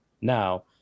now